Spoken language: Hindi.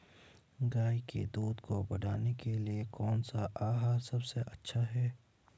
गाय के दूध को बढ़ाने के लिए कौनसा आहार सबसे अच्छा है?